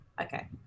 okay